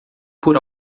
por